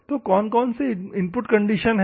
तो कौन कौन से इनपुट कंडीशन है